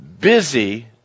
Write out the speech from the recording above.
busy